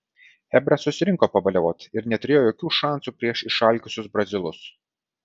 chebra susirinko pabaliavot ir neturėjo jokių šansų prieš išalkusius brazilus